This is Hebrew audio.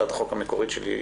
בהצעת החוק המקורית שלי,